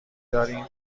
داریم